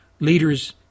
leaders